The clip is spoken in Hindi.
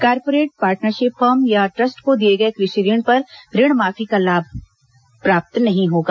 कार्पोरेट पार्टनरशिप फर्म या ट्रस्ट को दिए गए कृषि ऋण पर ऋण माफी का लाभ प्राप्त नहीं होगा